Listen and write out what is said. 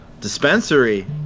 dispensary